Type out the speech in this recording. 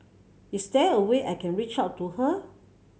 is there a way I can reach out to her